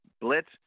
Blitz